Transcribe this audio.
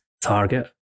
target